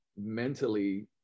mentally